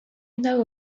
know